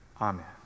amen